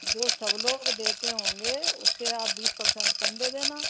जो सब लोग देते होंगे उससे आप बीस पर्सेंट कम दे देना